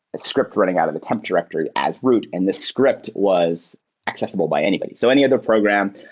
a script running out of the temp directory as root, and the script was accessible by anybody. so any other program,